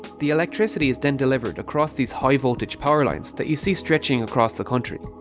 the electricity is then delivered across these high voltage power lines that you see stretching across the country.